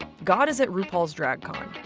god is it rupaul's drag con.